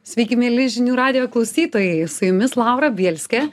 sveiki mieli žinių radijo klausytojai su jumis laura bielskė